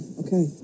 okay